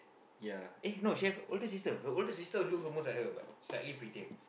ya eh no she have older sister her older sister looks almost like her but slightly prettier